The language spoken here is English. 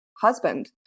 husband